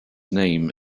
name